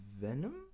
Venom